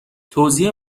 توزیع